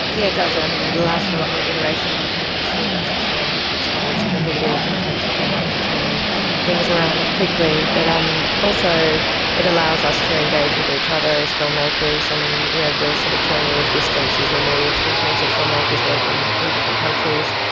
yeah it does, um it allows for a lot more iteration in the film industry, that's for sure. um and it's not as prohibitive in terms of being able to turn things around quickly. but um also it allows us to engage with each other as filmmakers, and you know the sort of tyranny of distance is removed in terms of filmmakers working in different countries.